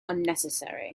unnecessary